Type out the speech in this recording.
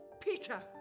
Peter